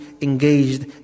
engaged